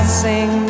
sing